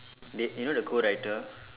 d~ you know the co-writer